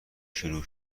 شروع